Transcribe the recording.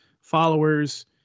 followers